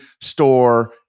store